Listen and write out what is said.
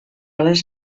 les